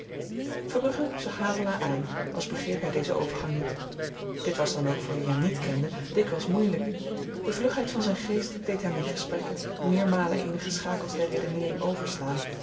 verbrugge zag havelaar aan als begreep hy dezen overgang niet dit was dan ook voor wie hem niet kende dikwyls moeielyk de vlugheid van zyn geest deed hem in gesprekken meermalen eenige schakels der redeneering overslaan